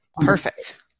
Perfect